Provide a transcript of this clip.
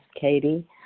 Katie